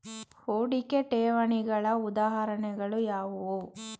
ಹೂಡಿಕೆ ಠೇವಣಿಗಳ ಉದಾಹರಣೆಗಳು ಯಾವುವು?